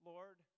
Lord